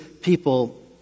people